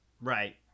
Right